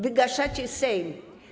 Wygaszacie Sejm.